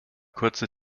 kurze